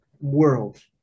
world